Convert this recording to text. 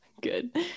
Good